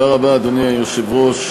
אדוני היושב-ראש,